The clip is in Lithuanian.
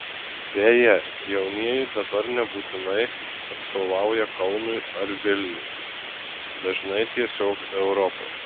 beje jaunieji dabar nebūtinai atstovauja kaunui ar vilniui dažnai tiesiog europai